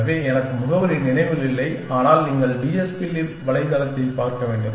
எனவே எனக்கு முகவரி நினைவில் இல்லை ஆனால் நீங்கள் டிஸ்பி லிப் வலைத்தளத்தைப் பார்க்க வேண்டும்